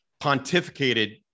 pontificated